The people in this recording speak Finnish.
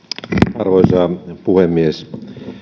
arvoisa puhemies